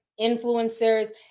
influencers